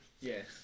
Yes